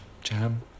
jam